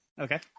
Okay